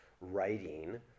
writing